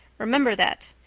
remember that.